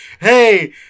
hey